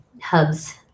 hubs